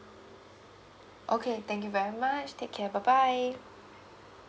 okay thank you very much take care bye bye